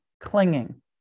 clinging